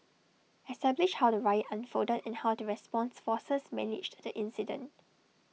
establish how the riot unfolded and how the response forces managed the incident